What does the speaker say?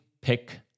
pick